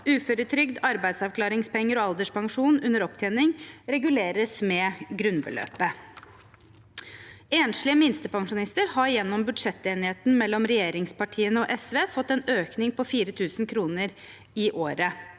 Uføretrygd, arbeidsavklaringspenger og alderspensjon under opptjening reguleres med grunnbeløpet. Enslige minstepensjonister har gjennom budsjettenigheten mellom regjeringspartiene og SV fått en økning på 4 000 kr i året.